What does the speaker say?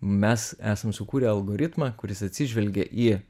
mes esam sukūrę algoritmą kuris atsižvelgia į